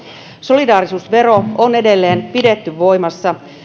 solidaarisuusvero on edelleen pidetty voimassa